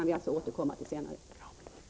Vi kan alltså återkomma till det senare.